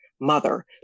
mother